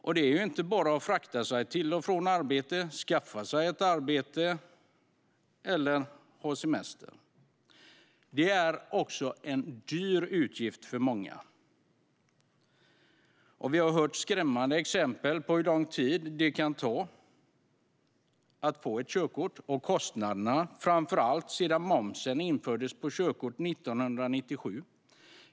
Det handlar inte bara om att frakta sig till och från ett arbete, att skaffa sig ett arbete eller att ha semester. Det är också en dyr utgift för många. Vi har hört skrämmande exempel på hur lång tid det kan ta att få ett körkort och på kostnaderna, framför allt sedan momsen infördes för körkort 1997.